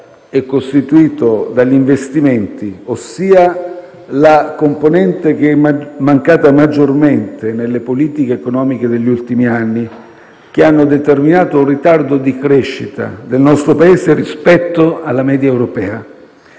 è costituito dagli investimenti, ossia la componente che è mancata maggiormente nelle politiche economiche degli ultimi anni, che hanno determinato un ritardo di crescita del nostro Paese rispetto alla media europea.